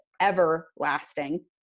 everlasting